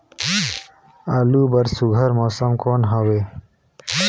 आलू बर सुघ्घर मौसम कौन हवे?